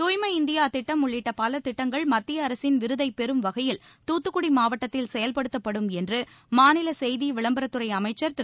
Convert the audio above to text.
தூய்மை இந்தியா திட்டம் உள்ளிட்ட பல திட்டங்கள் மத்திய அரசின் விருதைப் பெறும்வகையில் தூத்துக்குடி மாவட்டத்தில் செயல்படுத்தப்படும் என்று மாநில செய்தி விளம்பரத் துறை அமைச்சர் திரு